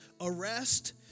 Arrest